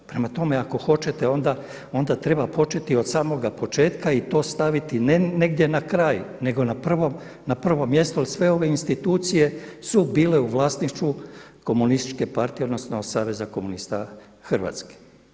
Prema tome, ako hoćete onda treba početi od samoga početka i to staviti ne negdje na kraj, nego na prvo mjesto jer sve ove institucije su bile u vlasništvu Komunističke partije, odnosno Saveza komunista Hrvatske.